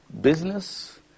business